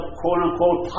quote-unquote